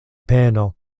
peno